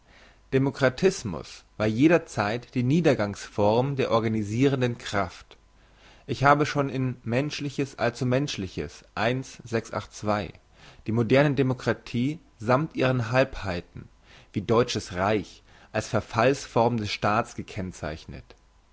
demokratismus war jeder zeit die niedergangs form der organisirenden kraft ich habe schon in menschliches allzumenschliches die moderne demokratie sammt ihren halbheiten wie deutsches reich als verfallsform des staats gekennzeichnet